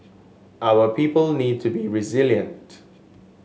our people need to be resilient